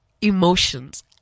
emotions